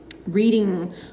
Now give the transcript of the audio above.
reading